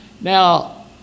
Now